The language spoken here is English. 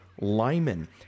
Lyman